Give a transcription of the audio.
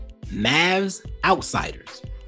MAVSOUTSIDERS